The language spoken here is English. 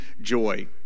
joy